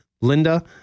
Linda